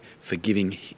forgiving